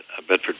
Bedford